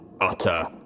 utter